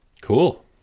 Cool